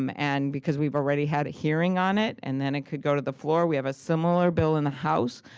um and because we've already had a hearing on it, and then it could go to the floor. we have a similar bill in the house.